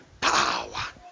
Power